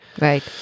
Right